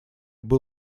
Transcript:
был